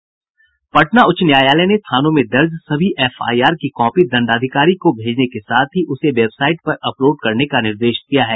पटना उच्च न्यायालय ने थानों में दर्ज सभी एफआईआर की कॉपी दंडाधिकारी को भेजने के साथ ही उसे वेबसाईट पर अपलोड करने का निर्देश दिया है